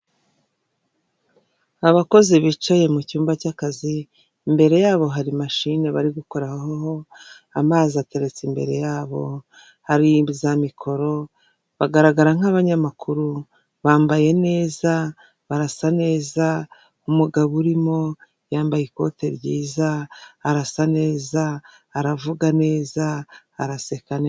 Abakozi bicaye mu cyumba cy'akazi imbere yabo hari machine bari gukoreraho, amazi ateretse imbere yabo hari za mikoro bagaragara nk'abanyamakuru bambaye neza, barasa neza, umugabo urimo yambaye ikote ryiza, arasa neza, aravuga neza, araseka neza.